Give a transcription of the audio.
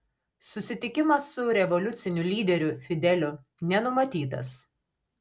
susitikimas su revoliuciniu lyderiu fideliu nenumatytas